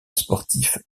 sportifs